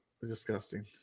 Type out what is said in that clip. Disgusting